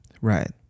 Right